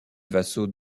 vassaux